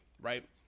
right